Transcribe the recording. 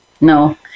no